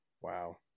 Wow